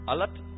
Alat